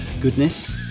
goodness